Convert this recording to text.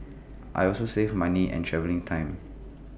I also save money and travelling time